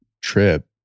trip